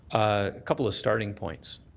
a couple of starting points.